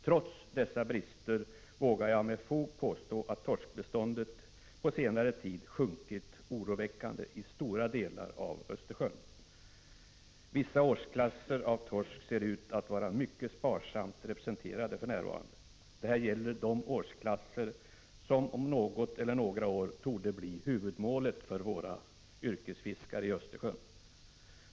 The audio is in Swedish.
Trots dessa brister vågar jag med fog påstå att torskbeståndet på senare tid sjunkit oroväckande i stora delar av Östersjön. Vissa årsklasser av torsk ser ut att vara mycket sparsamt representerade för närvarande. Detta gäller de årsklasser som om något eller några år torde bli huvudmålet för våra yrkesfiskare i Östersjön.